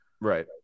right